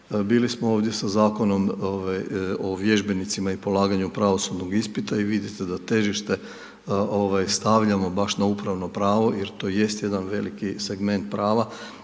Bili smo ovdje sa Zakonom o vježbenicima i polaganju pravosudnog ispita i vidite da težište stavljamo baš na upravno pravo jer to jest jedan veliki segment prava